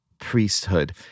priesthood